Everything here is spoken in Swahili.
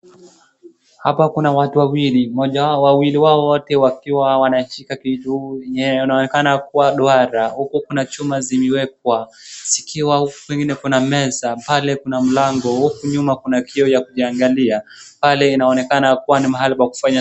Hapa kuna watu wawili, mmoja wao wawili hao wote wakiwa wanashika vitu venye onekana kua duara, huku kuna chuma zimewekwa, zikiwa huku kwingine kuna meza, pale kuna mlango, huku nyuma kuna kioo ya kujiangalia, pale inaonekana kua ni mahali pa kufanya.